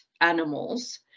animals